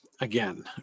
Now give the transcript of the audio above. again